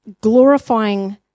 glorifying